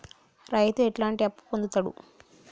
రైతు ఎట్లాంటి అప్పు పొందుతడు?